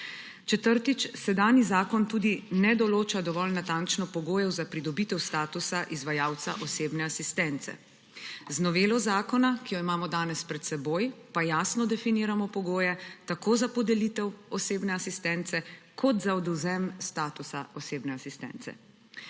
Četrtič, sedanji zakon tudi ne določa dovolj natančno pogojev za pridobitev statusa izvajalca osebne asistence. Z novelo zakona, ki jo imamo danes pred seboj, pa jasno definiramo pogoje tako za podelitev osebne asistence kot za odvzem statusa osebe asistence.